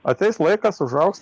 ateis laikas užaugs